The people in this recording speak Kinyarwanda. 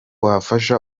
wafasha